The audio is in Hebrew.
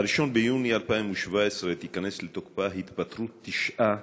ב-1 ביוני 2017 תיכנס לתוקפה התפטרות תשעה